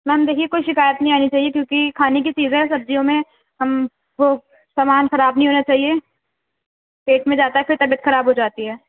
میم دیکھیے کوئی شکایت نہیں آنی چاہیے کیونکہ کھانے کی چیز ہے سبزیوں میں ہم وہ سامان خراب نہیں ہونا چاہیے پیٹ میں جاتا ہے پھر طبیعت خراب ہو جاتی ہے